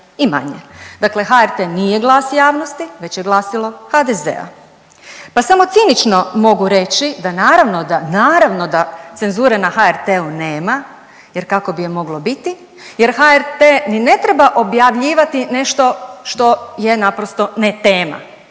Dakle HRT nije glas javnosti već je glasilo HDZ-a pa samo cinično mogu reći da naravno da, naravno da cenzure na HRT-u nema jer kako bi je moglo biti, jer HRT ni ne treba objavljivati nešto što je naprosto netema,